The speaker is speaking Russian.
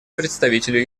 представителю